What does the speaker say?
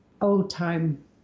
old-time